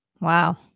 Wow